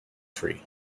free